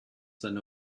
seine